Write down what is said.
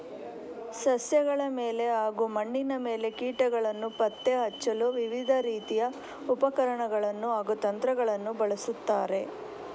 ಸಸ್ಯಗಳ ಮೇಲೆ ಹಾಗೂ ಮಣ್ಣಿನ ಮೇಲೆ ಕೀಟಗಳನ್ನು ಪತ್ತೆ ಹಚ್ಚಲು ವಿವಿಧ ರೀತಿಯ ಉಪಕರಣಗಳನ್ನು ಹಾಗೂ ತಂತ್ರಗಳನ್ನು ಬಳಸುತ್ತಾರೆ